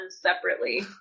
separately